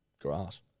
grass